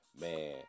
Man